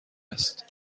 است